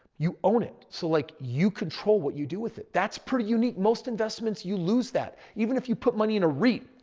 you own it. so, like you control what you do with it. that's pretty unique. most investments, you lose that. even if you put money in a reit.